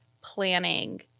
planning